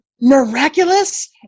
miraculous